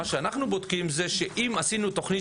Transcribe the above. מה שאנחנו בודקים זה שאם עשינו תוכנית